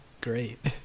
great